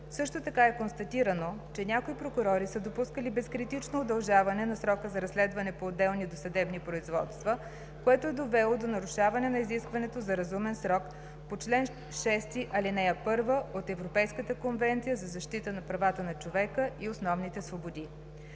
Също така е констатирано, че някои прокурори са допускали безкритично удължаване на срока за разследване по отделни досъдебни производства, което е довело до нарушаване на изискването за разумен срок по чл. 6, ал. 1 от Европейската конвенция за защита на правата на човека и основните свободи.